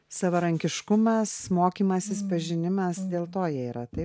savarankiškumas mokymasis pažinimas dėl to jie yra taip